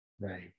right